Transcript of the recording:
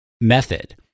method